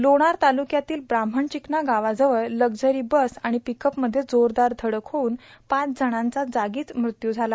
लोणार तालुक्यातील ब्राह्मण र्चिकना गावाजवळ लक्झरो बस व र्षापकअपमध्ये व जोरदार धडक होऊन पाच जणांचा जागीच मृत्यू झाला